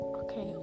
okay